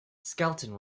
skelton